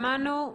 שמענו.